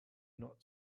not